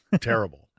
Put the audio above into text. Terrible